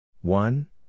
One